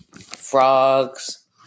frogs